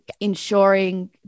ensuring